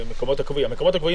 במקום "למעט מופע,